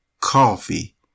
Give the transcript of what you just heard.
coffee